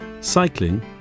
Cycling